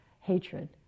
hatred